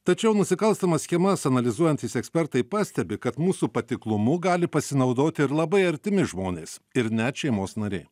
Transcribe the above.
tačiau nusikalstamas schemas analizuojantys ekspertai pastebi kad mūsų patiklumu gali pasinaudoti ir labai artimi žmonės ir net šeimos nariai